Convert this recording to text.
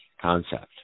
concept